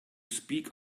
speak